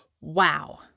Wow